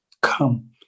come